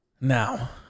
Now